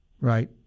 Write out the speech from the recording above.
right